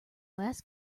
last